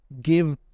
give